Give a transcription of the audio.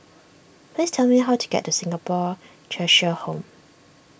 please tell me how to get to Singapore Cheshire Home